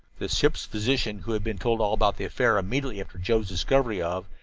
the ship's physician, who had been told all about the affair, immediately after joe's discovery of,